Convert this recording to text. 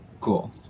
Cool